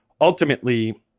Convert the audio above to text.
ultimately